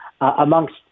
amongst